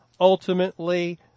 Ultimately